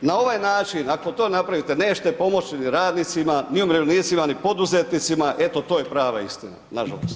Na ovaj način ako to napravite nećete pomoći ni radnicima, ni umirovljenicima, ni poduzetnicima eto to je prava istina, nažalost.